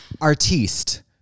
artiste